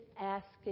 asking